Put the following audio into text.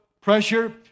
pressure